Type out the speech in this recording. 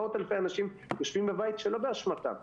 מאות אלפי אנשים יושבים בבית שלא באשמתם,